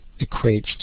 equates